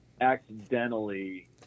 accidentally